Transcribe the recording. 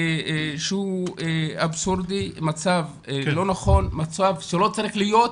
שהוא אבסורדי, מצב לא נכון, מצב שלא צריך להיות,